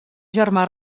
germà